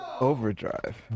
Overdrive